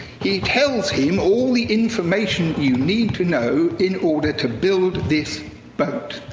he tells him all the information you need to know in order to build this boat.